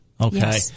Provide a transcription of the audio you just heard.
okay